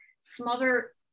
smother